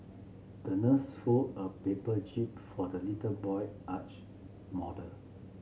the nurse folded a paper jib for the little boy yacht model